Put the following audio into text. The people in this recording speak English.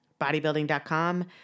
Bodybuilding.com